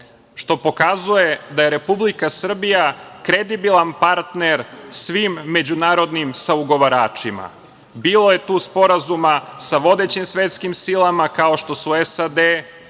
što pokazuje da je Republika Srbija kredibilan partner svim međunarodnim saugovaračima. Bilo je tu sporazuma sa vodećim svetskim silama kao što su SAD,